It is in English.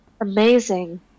amazing